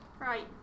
Right